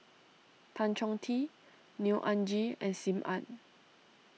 Tan Chong Tee Neo Anngee and Sim Ann